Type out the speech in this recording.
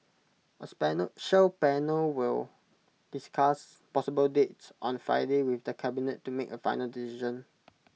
A special panel will discuss possible dates on Friday with the cabinet to make A final decision